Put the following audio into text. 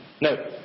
No